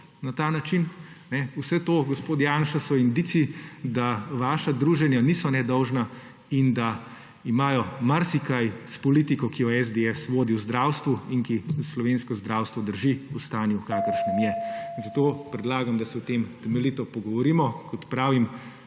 na ta način. Vse to, gospod Janša, so indici, da vaša druženja niso nedolžna in da imajo marsikaj s politiko, ki jo SDS vodi v zdravstvu in ki slovensko zdravstvo drži v stanju, v kakršnem je. Zato predlagam, da se o tem temeljito pogovorimo. Kot pravim,